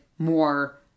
more